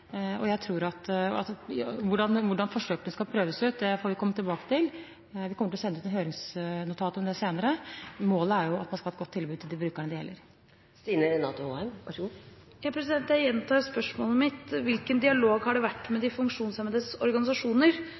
Hvordan forsøket skal prøves ut, får vi komme tilbake til. Vi kommer til å sende ut et høringsnotat om det senere. Målet er at man skal ha et godt tilbud til de brukerne det gjelder. Jeg gjentar spørsmålet mitt: Hvilken dialog har det vært med de funksjonshemmedes organisasjoner